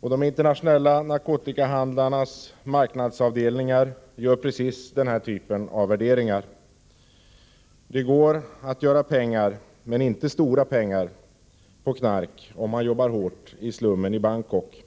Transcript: De internationella narkotikahandlarnas marknadsavdelningar gör precis den här typen av värderingar. Det går att göra pengar, men inte stora pengar, på knark om man jobbar hårt i slummen i Bangkok.